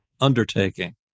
undertaking